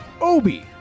Obi